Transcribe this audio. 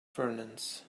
furnace